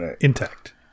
intact